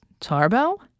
Tarbell